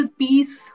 peace